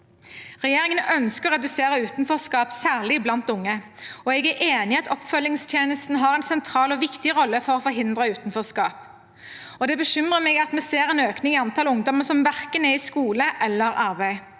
Regjeringen ønsker å redusere utenforskap, særlig blant unge, og jeg er enig i at oppfølgingstjenesten har en sentral og viktig rolle for å forhindre utenforskap. Det bekymrer meg at vi ser en økning i antall ungdommer som verken er i skole eller i arbeid.